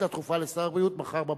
מחר בבוקר,